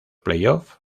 playoffs